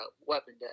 weapon